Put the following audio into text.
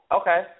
Okay